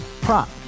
Prop